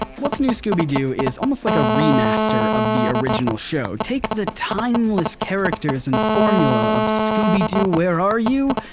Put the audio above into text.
what's new, scooby-doo? is almost like a remaster of the original show. take the timeless characters and formula of scooby-doo, where are you!